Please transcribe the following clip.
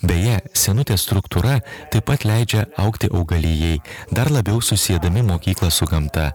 beje senutė struktūra taip pat leidžia augti augalijai dar labiau susiedami mokyklą su gamta